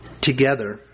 together